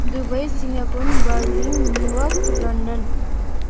Dubai Singapore Berlin New York London